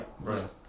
Right